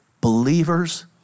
believers